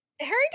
Harry